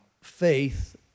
faith